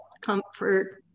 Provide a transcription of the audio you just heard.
comfort